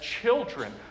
children